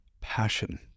passion